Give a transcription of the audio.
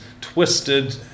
twisted